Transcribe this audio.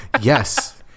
Yes